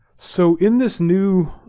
so in this new,